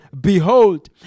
Behold